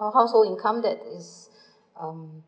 house~ household income that is um